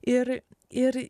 ir ir